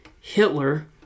Hitler